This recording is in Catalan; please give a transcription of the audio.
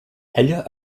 ella